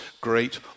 great